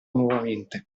nuovamente